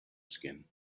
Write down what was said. skin